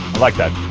like that